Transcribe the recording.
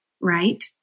right